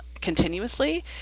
continuously